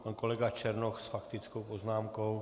Pan kolega Černoch s faktickou poznámkou.